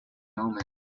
moment